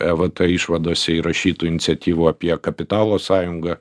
evt išvadose įrašytų iniciatyvų apie kapitalo sąjungą